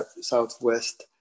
Southwest